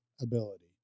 ability